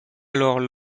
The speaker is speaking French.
alors